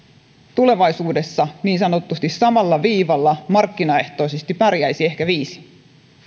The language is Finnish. tulevaisuudessa niin sanotusti samalla viivalla markkinaehtoisesti pärjäisi ehkä viisi